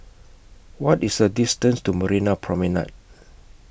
What IS The distance to Marina Promenade